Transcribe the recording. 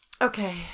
Okay